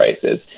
prices